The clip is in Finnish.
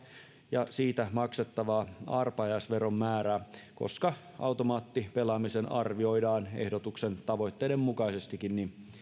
ja siitä maksettavaa arpajaisveron määrää koska automaattipelaamisen arvioidaan ehdotuksen tavoitteiden mukaisestikin